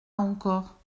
encore